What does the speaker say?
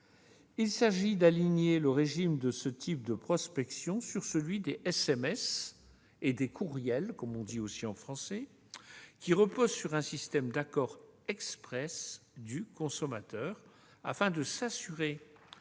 Il s'agit d'aligner le régime de ce type de prospection sur celui des SMS et des courriels, comme on dit aussi en français, qui repose sur un système d'accord express du consommateur afin de s'assurer